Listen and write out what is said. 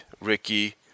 Ricky